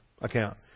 account